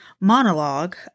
monologue